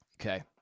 Okay